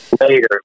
later